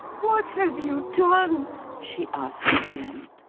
what have you done she asked again.